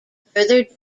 further